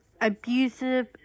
abusive